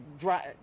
drive